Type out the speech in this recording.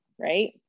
right